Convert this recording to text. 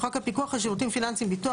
73. בחוק הפיקוח על שירותים פיננסיים (ביטוח),